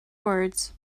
words